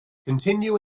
continue